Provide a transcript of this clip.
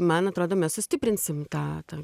man atrodo mes sustiprinsim tą tą